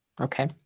Okay